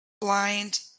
blind